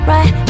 Right